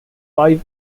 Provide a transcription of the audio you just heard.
five